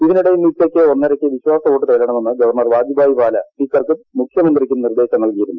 ഇതിനിടെ ഇന്ന് ഉച്ചയ്ക്ക് ഒന്നരക്ക് വിശ്വാസവോട്ട് തേടണമെന്ന് ഗവർണർ വാജുബായി വാല സ്പീക്കർക്കും മുഖ്യമന്ത്രിക്കും നിർദേശം നൽകിയിരുന്നു